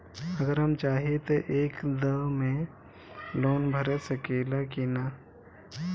अगर हम चाहि त एक दा मे लोन भरा सकले की ना?